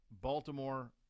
Baltimore